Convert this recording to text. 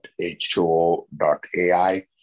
H2O.AI